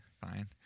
fine